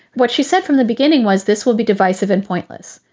what she said from the beginning was this will be divisive and pointless.